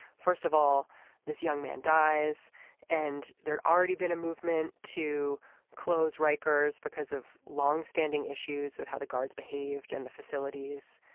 first of all this young man dies and there's already been a movement to close rikers because of long standing issues with how the guards behaved and the facilities.